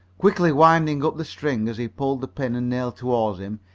quickly winding up the string as he pulled the pin and nail toward him,